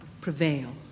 prevail